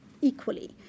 equally